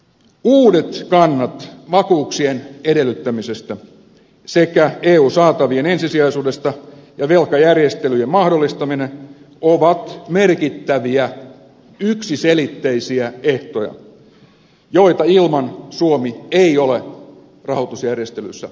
uudet kannat vakuuksien edellyttämisestä sekä eu saatavien ensisijaisuudesta ja velkajärjestelyjen mahdollistaminen ovat merkittäviä yksiselitteisiä ehtoja joita ilman suomi ei ole rahoitusjärjestelyissä mukana